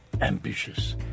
Ambitious